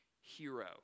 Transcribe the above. hero